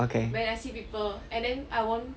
okay